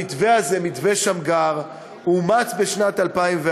המתווה הזה, מתווה שמגר, אומץ בשנת 2004,